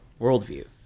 worldview